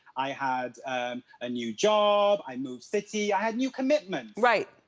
i had a new job, i moved city, i had new commitments. right.